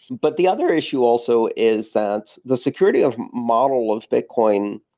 but the other issue also is that the security of model of bitcoin,